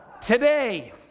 Today